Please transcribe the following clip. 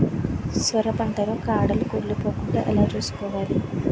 సొర పంట లో కాడలు కుళ్ళి పోకుండా ఎలా చూసుకోవాలి?